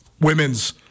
women's